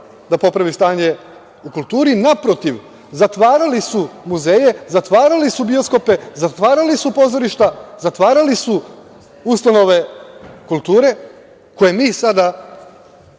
da popravi stanje u kulturi. Naprotiv, zatvarali su muzeje, zatvarali su bioskope, zatvarali su pozorišta, zatvarali su ustanove kulture koje mi sada